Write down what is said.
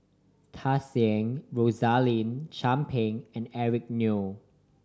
Tsung Yeh Rosaline Chan Pang and Eric Neo